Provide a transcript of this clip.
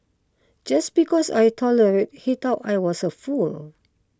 just because I tolerate he thought I was a fool